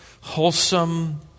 wholesome